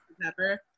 Pepper